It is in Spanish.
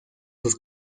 sus